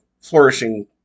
flourishing